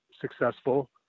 successful